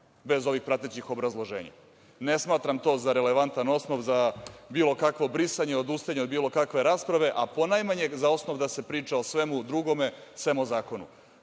bez ovih pratećih obrazloženja. Ne smatram to za relevantan osnov za bilo kakvo brisanje, odustajanje od bilo kakve rasprave, a ponajmanje za osnov da se priča o svemu drugome sem o zakonu.